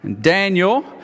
Daniel